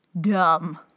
dumb